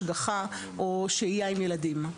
השגחה או שהייה עם ילדים.